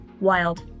Wild